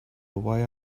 why